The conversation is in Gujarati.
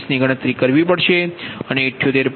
44 125 ની ગણતરી કરવી પડશે અને 78